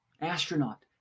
Astronaut